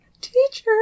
teacher